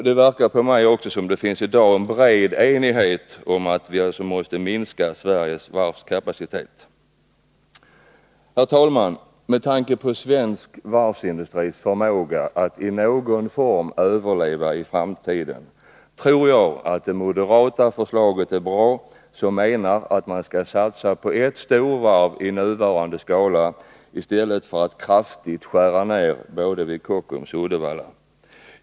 Det verkar också som om det i dag finns en bred enighet om att vi måste minska Sveriges varvskapacitet. Herr talman! Med tanke på svensk varvsindustris förmåga att i någon form överleva i framtiden tror jag att det moderata förslaget är bra, där man menar att vi skall satsa på ett storvarv i nuvarande skala i stället för att kraftigt skära ner både vid Kockums och Uddevallavarvet.